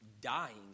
dying